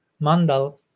mandal